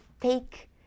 take